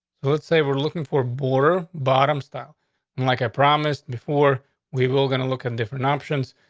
let's say we're looking for border bottom style and like i promised before we will gonna look at different options.